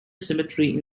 cemetery